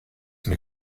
mit